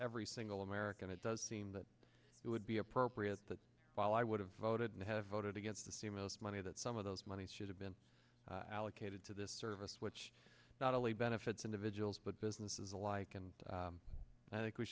every single american it does seem that it would be appropriate that while i would have voted and have voted against the stimulus money that some of those monies should have been allocated to this service which not only benefits individuals but businesses alike and i think we